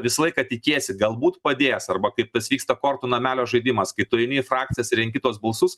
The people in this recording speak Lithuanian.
visą laiką tikiesi galbūt padės arba kaip tas vyksta kortų namelio žaidimas kai tu eini į frakcijas ir renki tuos balsus